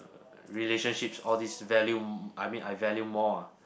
relationships all these value I mean I value more lah